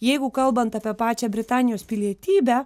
jeigu kalbant apie pačią britanijos pilietybę